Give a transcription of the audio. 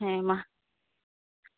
ᱦᱮᱢᱟ